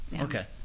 Okay